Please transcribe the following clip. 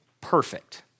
perfect